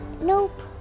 Nope